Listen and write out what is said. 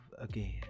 again